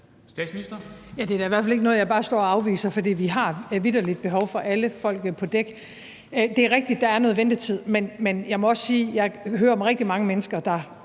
hvert fald ikke noget, jeg bare står og afviser, for vi har vitterlig behov for alle mand på dæk. Det er rigtigt, at der er noget ventetid, men jeg må også sige, at jeg hører om rigtig mange mennesker, der